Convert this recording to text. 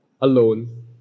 alone